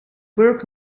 work